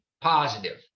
positive